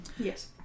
Yes